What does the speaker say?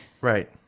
Right